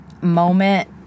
moment